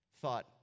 thought